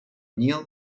neil